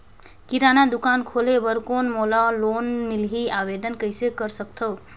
किराना दुकान खोले बर कौन मोला लोन मिलही? आवेदन कइसे कर सकथव?